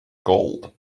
gold